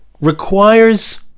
requires